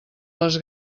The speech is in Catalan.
les